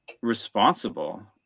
responsible